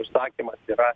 užsakymas yra